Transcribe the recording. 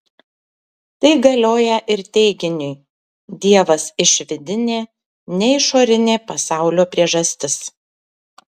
tai galioją ir teiginiui dievas išvidinė ne išorinė pasaulio priežastis